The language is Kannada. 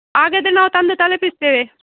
ಹಾಗಾದರೆ ನಾವು ತಂದು ತಲುಪಿಸ್ತೇವೆ